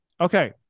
Okay